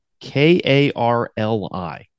K-A-R-L-I